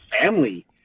family